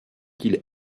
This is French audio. qu’il